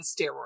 steroids